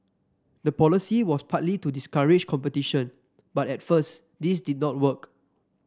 the policy was partly to discourage competition but at first this did not work